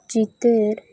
ᱪᱤᱛᱟᱹᱨ